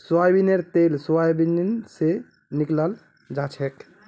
सोयाबीनेर तेल सोयाबीन स निकलाल जाछेक